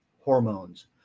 hormones